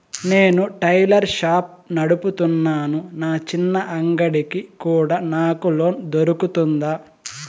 నేను tailor shop నడుపుతున్నాను, నా చిన్న అంగడి కి కూడా నాకు లోను దొరుకుతుందా?